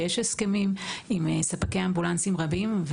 יש הסכמים עם ספקי אמבולנסים רבים.